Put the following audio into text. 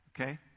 Okay